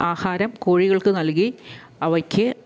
ആഹാരം കോഴികൾക്ക് നൽകി അവയ്ക്ക്